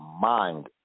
mind